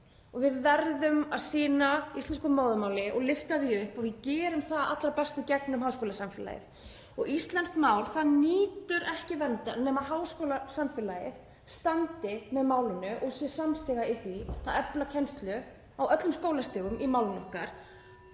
og við verðum að sinna íslensku móðurmáli og lyfta því upp og við gerum það allra best í gegnum háskólasamfélagið. Íslenskt mál nýtur ekki verndar nema háskólasamfélagið standi með málinu og sé samstiga í því að efla kennslu á öllum skólastigum í málinu okkar